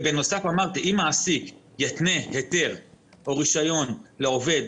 בנוסף אמרתי שאם מעסיק יתנה היתר או רישיון לעובד